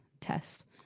test